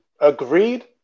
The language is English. Agreed